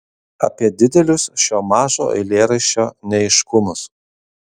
apie didelius šio mažo eilėraščio neaiškumus